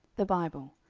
the bible,